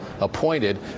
appointed